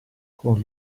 con